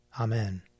Amen